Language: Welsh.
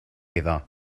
iddo